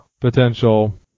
Potential